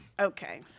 Okay